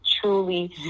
truly